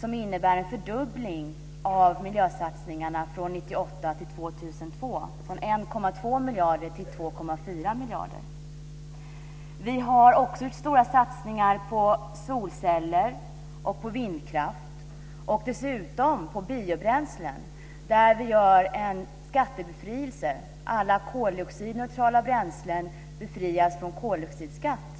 som innebär en fördubbling av miljösatsningarna 1998-2002, från 1,2 miljarder till Det har också skett stora satsningar på solceller, på vindkraft och på biobränsle där det införs en skattebefrielse. Alla koldioxidneutrala bränslen befrias från koldioxidskatt.